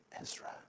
Ezra